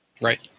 Right